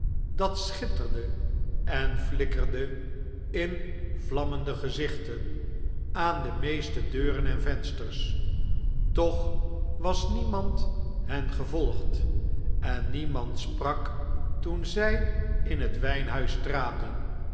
dat schitterde en ilikkerde in vlammende gezichten aan de meeste deuren en vensters toch was niemand hen gevolgd en niemand sprak toen zy in het wijnhuis traden